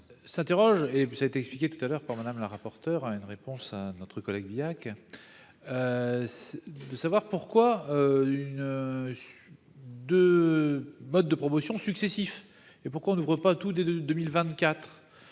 S'interroge et ça a été expliqué tout à l'heure par Madame la rapporteure à une réponse à notre collègue Bihac. C'est de savoir pourquoi une. De mode de promotion successifs et pourquoi on n'ouvre pas tout des de 2024